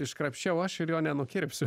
iškrapščiau aš ir jo nenukirpsiu